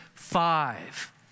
Five